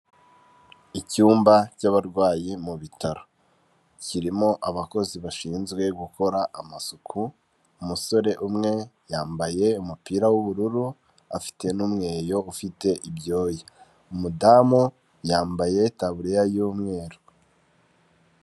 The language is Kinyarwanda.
Icyumba cyabarwayi mu bitaro kirimo abakozi bashinzwe gukora amasuku umusore umwe yambaye umupira w'ubururu afite n'umweyo ufite ibyoya umudamu yambaye itaburiya y'umweru.